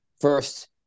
first